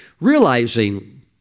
realizing